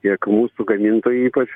tiek mūsų gamintojų ypač